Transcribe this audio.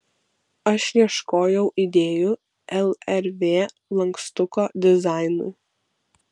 aš ieškojau idėjų lrv lankstuko dizainui